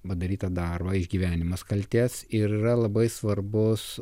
padarytą daro išgyvenimas kaltes ir yra labai svarbus